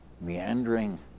meandering